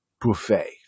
buffet